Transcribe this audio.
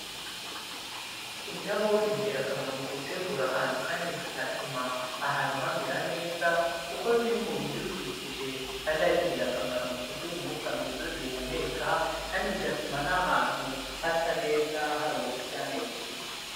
Indabo ni ingirakamaro mu gutegura ahantu kandi zigatuma ahantu hamera neza kuko ziri mu bidukikije kandi ari ingirakamaro mu kuduha umwuka mwiza duhumeka kandi bigatuma n'ahantu hasa neza, hari ubusitani bwiza.